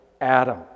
Adam